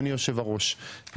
אדוני היושב-ראש,